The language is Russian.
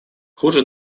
хуже